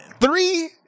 three